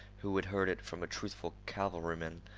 who had heard it from a truthful cavalryman,